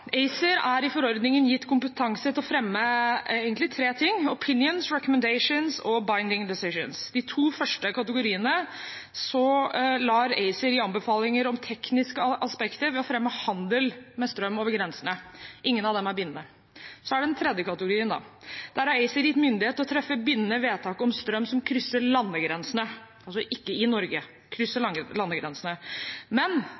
ACER er i forordningen gitt kompetanse til å fremme tre ting: «opinions», «recommendations» og «binding decisions». De to første kategoriene lar ACER gi anbefalinger om tekniske aspekter ved å fremme handel med strøm over grensene. Ingen av dem er bindende. Så er det den tredje kategorien. Der er ACER gitt myndighet til å treffe bindende vedtak om strøm som krysser landegrensene – altså ikke i Norge – men